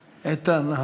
איתן,